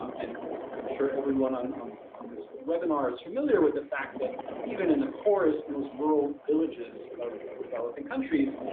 and i'm sure everyone on um on this webinar is familiar with the fact that even in the poorest, most rural villages of of developing countries,